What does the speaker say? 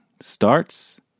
starts